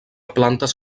plantes